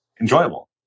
enjoyable